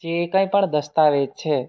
જે કંઇપણ દસ્તાવેજ છે